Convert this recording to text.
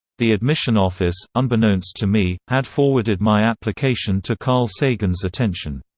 the admission office, unbeknownst to me, had forwarded my application to carl sagan's attention.